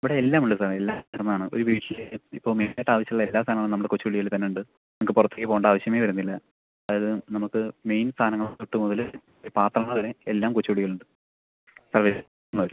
ഇവിടെ എല്ലാമുണ്ട് സാർ എല്ലാം കിട്ടുന്നതാണ് ഒരു വീട്ടിൽ ഇപ്പം മെയിനായിട്ട് ആവശ്യമുള്ള എല്ലാ സാധനങ്ങളും നമ്മുടെ കൊച്ചുകുടിയിൽ തന്നെയുണ്ട് നമുക്ക് പുറത്തേയ്ക്ക് പോകേണ്ട ആവശ്യമേ വരിന്നില്ല അതായത് നമുക്ക് മെയിൻ സാധനങ്ങൾ തൊട്ട് മുതൽ പാത്രങ്ങൾ വരെ എല്ലാം കൊച്ചുകുടിയിലുണ്ട് അതെ ഓക്കെ